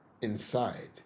inside